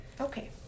Okay